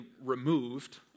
removed